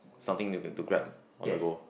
something they can to grab on the go